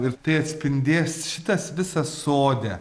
ir tai atspindės šitas visas sode